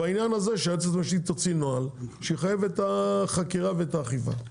שהיועצת המשפטית תוציא נוהל שיחייב את החקירה ואת האכיפה.